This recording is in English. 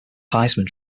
heisman